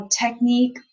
technique